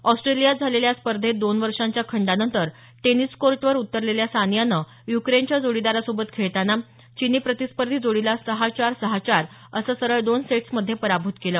ऑस्ट्रेलियात झालेल्या या स्पर्धेत दोन वर्षांच्या खंडानंतर टेनिस कोर्टवर उतरलेल्या सानियानं युक्रेनच्या जोडीदारासोबत खेळताना चिनी प्रतिस्पर्धी जोडीला सहा चार सहा चार असं सरळ दोन सेट्समध्ये पराभूत केलं